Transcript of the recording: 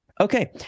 Okay